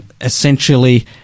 essentially